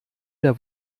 der